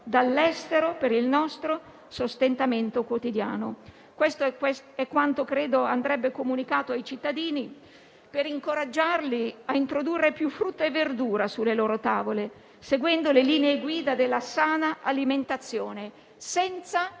dall'estero per il nostro sostentamento quotidiano. Questo è quanto andrebbe comunicato ai cittadini, per incoraggiarli a introdurre più frutta e verdura sulle loro tavole, seguendo le linee guida della sana alimentazione, senza